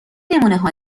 نمونهها